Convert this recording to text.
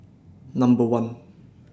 Number one